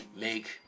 make